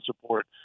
support